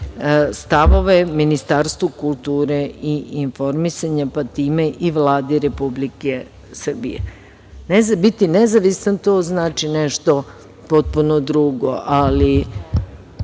stavove Ministarstvu kulture i informisanja, pa time i Vladi Republike Srbije. Biti nezavisan, to znači nešto potpuno drugo, ali